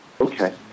Okay